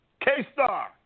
K-Star